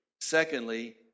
Secondly